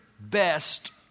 best